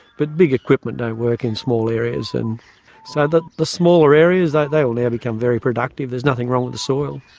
but big equipment don't work in small areas. and so the the smaller areas, like they will now become very productive. there's nothing wrong with the soil,